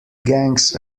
gangs